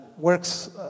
works